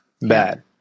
bad